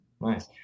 nice